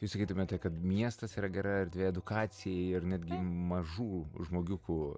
jūs sakytumėte kad miestas yra gera erdvė edukacijai ir netgi mažų žmogiukų